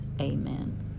Amen